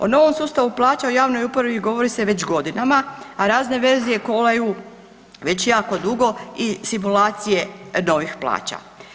O novom sustavu plaća u javnoj upravi govori se već godinama, a razne verzije kolaju već jako dugo i simulacije novih plaća.